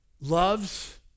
loves